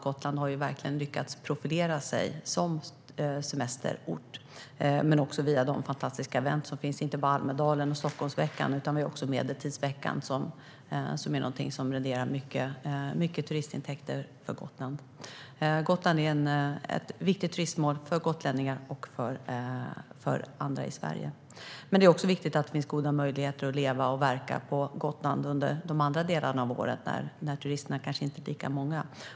Gotland har verkligen lyckats profilera sig som semesterort, men också via de fantastiska event som finns - det är inte bara Almedalen och Stockholmsveckan, utan också medeltidsveckan är någonting som genererar mycket turistintäkter för Gotland. Gotland är ett viktigt turistmål för gotlänningar och andra i Sverige, men det är också viktigt att det finns goda möjligheter att leva och verka på Gotland under de andra delarna av året, när turisterna kanske inte är lika många.